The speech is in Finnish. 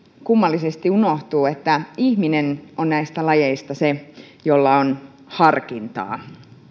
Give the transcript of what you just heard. kummallisesti unohtuu että ihminen on näistä lajeista se jolla on harkintaa